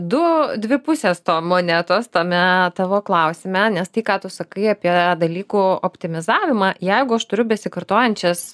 du dvi pusės to monetos tame tavo klausime nes tai ką tu sakai apie dalykų optimizavimą jeigu aš turiu besikartojančias